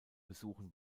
besuchen